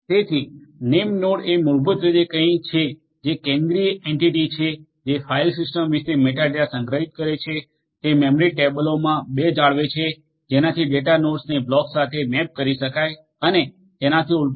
તેથી નેમનોડ એ મૂળભૂત રીતે કંઈક છે જે કેન્દ્રિય એન્ટિટી છે જે ફાઇલ સિસ્ટમ વિશે મેટાડેટા સંગ્રહિત કરે છે તે મેમરી ટેબલોમાં બે જાળવે છે જેનાથી ડેટાનોડ્સને બ્લોક્સ સાથે મેપ કરી શકાય અને તેનાથી ઉલટું પણ